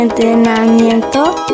entrenamiento